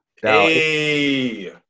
Hey